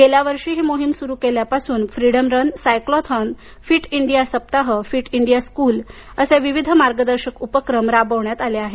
गेल्या वर्षी ही मोहीम सुरू केल्यापासून freedom run cyclothon fit India सप्ताह फिट इंडिया स्कूल असे विविध मार्गदर्शक उपक्रम राबवण्यात आले आहेत